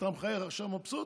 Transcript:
אתה מחייך עכשיו, מבסוט,